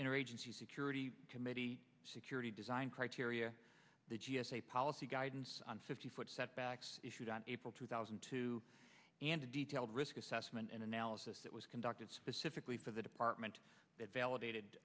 inner agency security committee security design criteria the g s a policy guidance on fifty foot setbacks issued on april two thousand and two and a detailed risk assessment and analysis that was conducted specifically for the department that validated